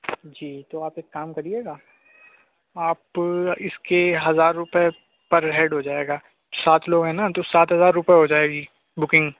جی تو آپ ایک کام کریے گا آپ اِس کے ہزار روپے پر ہیڈ ہو جائے گا سات لوگ ہیں نا تو سات ہزار روپئے ہو جائے گی بکنگ